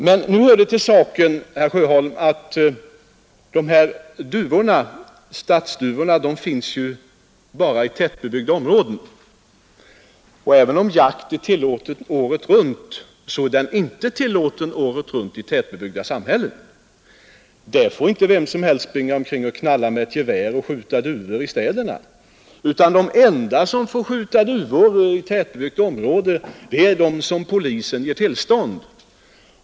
Nu hör det emellertid till saken, herr Sjöholm, att stadsduvorna bara finns i tätbebyggda områden, och även om jakt är tillåten året runt är den inte tillåten hela året i tätbebyggda samhällen. Vem som helst får inte springa omkring i städerna och skjuta duvor. De enda som får göra det i tätbebyggda områden är de skyttar som polisen har givit tillstånd.